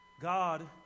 God